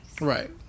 Right